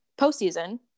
postseason